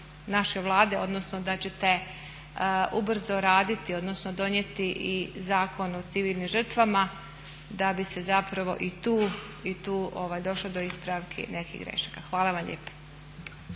naše Vlade odnosno da ćete ubrzo raditi odnosno donijeti i zakon o civilnim žrtvama da bi se zapravo i tu došlo do ispravki nekih grešaka. Hvala vam lijepo.